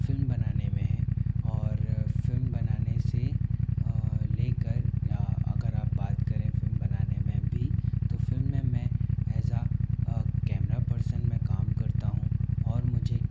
film बनाने में है और फिल्म बनाने से लेकर अगर आप बात करें फिल्म बनाने में भी तो फिल्म में मैं ऐज़ आ कैमरा पर्सन मैं काम करता हूँ और मुझे